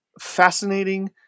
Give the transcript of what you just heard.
fascinating